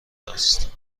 راست